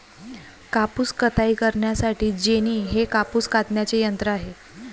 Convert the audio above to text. कापूस कताई करण्यासाठी जेनी हे कापूस कातण्याचे यंत्र आहे